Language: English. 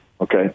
okay